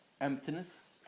emptiness